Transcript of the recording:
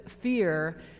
fear